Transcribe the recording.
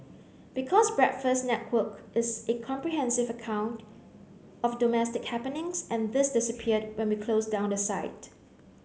because Breakfast Network is a comprehensive account of domestic happenings and this disappeared when we closed down the site